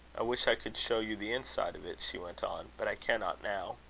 i wish i could show you the inside of it, she went on, but i cannot now.